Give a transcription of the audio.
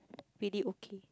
really okay